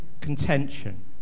contention